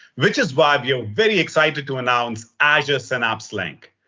which is why we are very excited to announce azure synapse link.